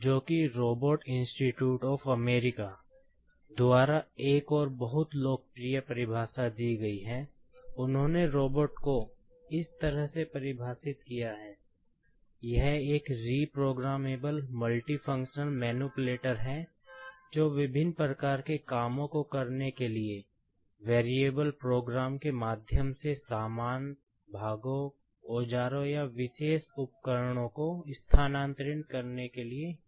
अब RIA जोकि robot औजारों या विशेष उपकरणों को स्थानांतरित करने के लिए डिज़ाइन किया गया